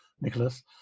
Nicholas